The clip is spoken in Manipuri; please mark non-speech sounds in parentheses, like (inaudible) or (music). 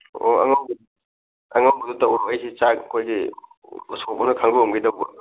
ꯑꯣ (unintelligible) ꯇꯧꯔꯣ ꯑꯩꯁꯤ ꯆꯥꯛ ꯑꯩꯈꯣꯏꯒꯤ ꯎꯁꯣꯞ (unintelligible) ꯇꯧꯕ